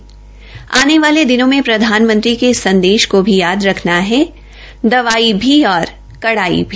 आने वाले दिनों में प्रधानमंत्री के इस संदेश को भी याद रखना है दवाई भी और कड़ाई भी